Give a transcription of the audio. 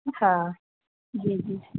हा जी जी